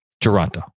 Toronto